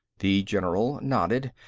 the general nodded.